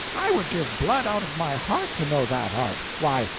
i would give blood out of my heart to know that art. why,